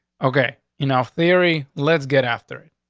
okay, you know, theory. let's get after it.